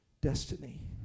destiny